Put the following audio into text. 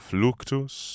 Fluctus